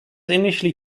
initially